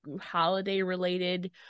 holiday-related